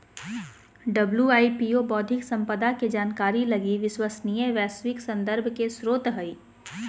WIPO बौद्धिक संपदा के जानकारी लगी विश्वसनीय वैश्विक संदर्भ के स्रोत हइ